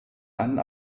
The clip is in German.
einen